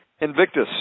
Invictus